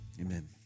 amen